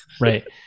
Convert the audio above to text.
Right